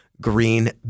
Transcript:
Green